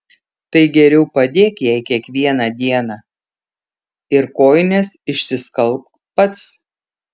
tai geriau padėk jai kiekvieną dieną ir kojines išsiskalbk pats